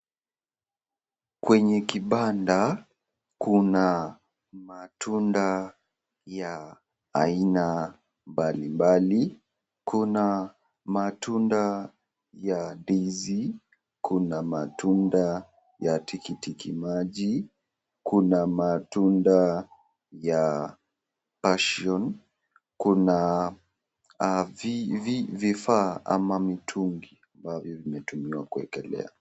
Kwenye kibanda kuna matunda ya aina mbalimbali kuna matunda ya ndizi, kuna matunda ya tikitiki maji, kuna matunda ya passion kuna vifaa ama mitungi ambavyo vimetuika kuekelea.